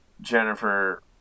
Jennifer